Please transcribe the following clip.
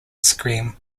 scheme